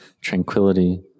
tranquility